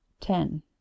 ten